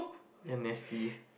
ya nasty